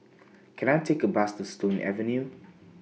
Can I Take A Bus to Stone Avenue